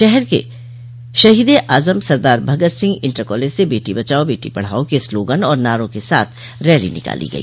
शहर के शहीदे आजम सरदार भगत सिंह इंटर कॉलेज से बेटी बचाओ बेटी पढ़ाओ के स्लोगन और नारों के साथ रैली निकाली गई